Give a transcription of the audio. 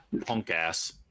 punk-ass